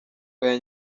oya